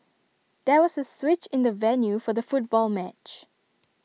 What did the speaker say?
there was A switch in the venue for the football match